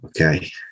okay